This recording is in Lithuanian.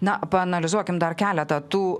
na paanalizuokim dar keletą tų